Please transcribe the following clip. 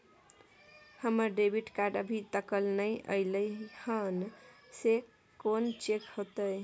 हमर debit card अभी तकल नय अयले हैं, से कोन चेक होतै?